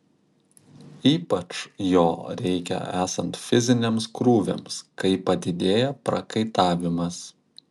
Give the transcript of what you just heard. ypač jo reikia esant fiziniams krūviams kai padidėja prakaitavimas